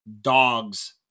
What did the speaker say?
Dogs